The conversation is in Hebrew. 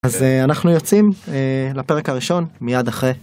אז אנחנו יוצאים לפרק הראשון מיד אחרי.